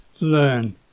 learn